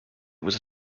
was